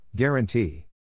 Guarantee